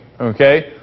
okay